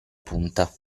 punta